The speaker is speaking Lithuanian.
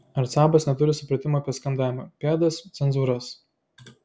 arcabas neturi supratimo apie skandavimą pėdas cezūras